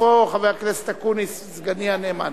איפה חבר הכנסת אקוניס, סגני הנאמן?